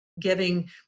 giving